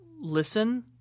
listen